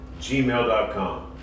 gmail.com